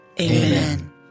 Amen